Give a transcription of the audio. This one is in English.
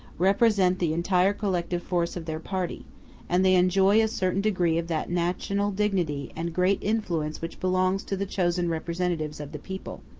represent the entire collective force of their party and they enjoy a certain degree of that national dignity and great influence which belong to the chosen representatives of the people.